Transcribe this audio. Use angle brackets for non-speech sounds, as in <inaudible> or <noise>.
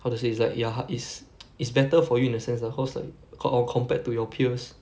how to say it's like ya it's <noise> it's better for you in a sense lah cause like co~ compared to your peers